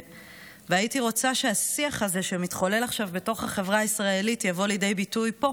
והייתי רוצה שהשיח שמתחולל עכשיו בחברה הישראלית יבוא לידי ביטוי פה